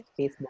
Facebook